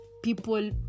people